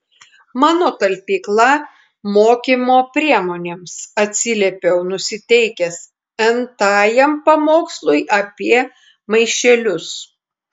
mano talpykla mokymo priemonėms atsiliepiau nusiteikęs n tajam pamokslui apie maišelius